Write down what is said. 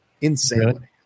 Insane